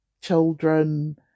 children